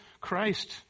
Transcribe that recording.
Christ